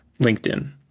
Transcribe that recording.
LinkedIn